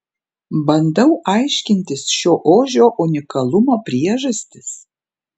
bandau aiškintis šio ožio unikalumo priežastis